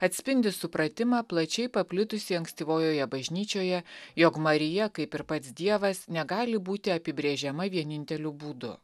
atspindi supratimą plačiai paplitusį ankstyvojoje bažnyčioje jog marija kaip ir pats dievas negali būti apibrėžiama vieninteliu būdu